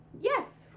yes